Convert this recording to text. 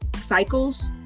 cycles